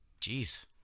Jeez